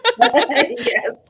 yes